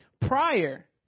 Prior